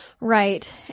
Right